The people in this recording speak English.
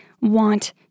want